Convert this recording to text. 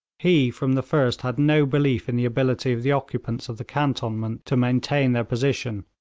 he from the first had no belief in the ability of the occupants of the cantonment to maintain their position,